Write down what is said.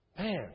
Man